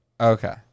Okay